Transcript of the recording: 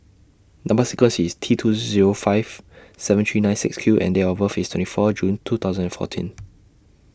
Number sequence IS T two Zero five seven three nine six Q and Date of birth IS twenty four June two thousand and fourteen